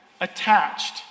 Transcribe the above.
attached